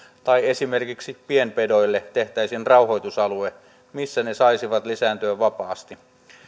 tai esimerkiksi pienpedoille tehtäisiin rauhoitusalue missä ne saisivat lisääntyä vapaasti